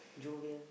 jovial